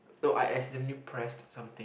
no I accidentally pressed something